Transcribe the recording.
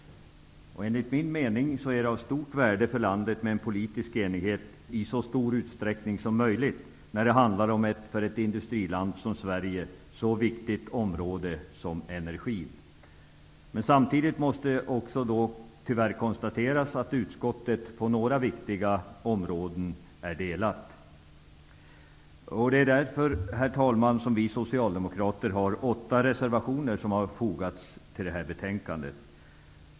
Enligt min mening är det av stort värde för landet med en politisk enighet i så stor utsträckning som möjligt, när det handlar om ett för ett industriland som Sverige så viktigt område som energin. Samtidigt måste vi tyvärr konstatera att det råder delade meningar i utskottet på några viktiga områden. Herr talman! Det är därför vi socialdemokrater har fogat åtta reservationer till det här betänkandet.